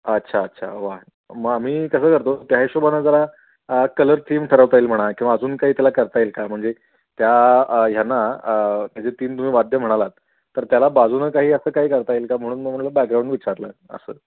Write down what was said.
अच्छा अच्छा वा मग आम्ही कसं करतो त्या हिशोबानं जरा कलर थीम ठरवता येईल म्हणा किंवा अजून काही त्याला करता येईल का म्हणजे त्या ह्याना म्हणजे तीन तुम्ही वाद्य म्हणालात तर त्याला बाजूनं काही असं काही करता येईल का म्हणून मग मला बॅकग्राऊंड विचारलं असं